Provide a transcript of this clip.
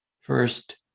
first